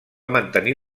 mantenir